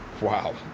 Wow